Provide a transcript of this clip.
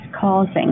causing